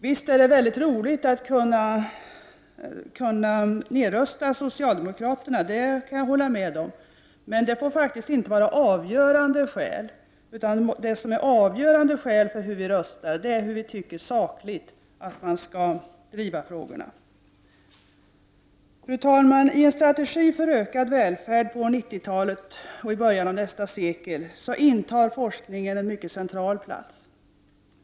Visst är det roligt att kunna rösta ned socialdemokraterna, det kan jag hålla med om. Men detta får faktiskt inte vara ett avgörande skäl, utan det avgörande för hur vi röstar måste vara vad vi anser i sak om hur man skall driva frågorna. Fru talman! I en strategi för ökad välfärd på 90-talet och i början av nästa sekel intar forskningen en mycket central plats.